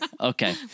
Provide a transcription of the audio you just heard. Okay